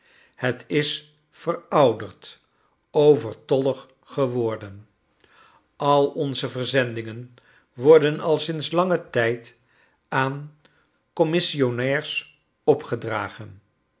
het is verouderd overtollig geworden al onze verzendingen worden al sinds ian gen tijd aan commissionairs opgedragen